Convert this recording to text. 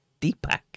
Deepak